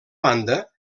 banda